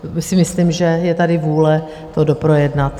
To si myslím, že je tady vůle to doprojednat.